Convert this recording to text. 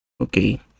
okay